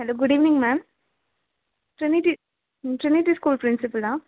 hello good evening ma'am Trinity hmm Trinity school பிரின்சிபலா